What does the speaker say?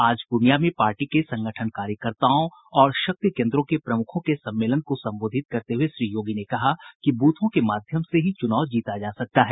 आज पूर्णिया में पार्टी के संगठन कार्यकर्ताओं और शक्ति केन्द्रों के प्रमुखों के सम्मेलन को संबोधित करते हुए श्री योगी ने कहा कि ब्रथों के माध्यम से ही च्रनाव जीता जा सकता है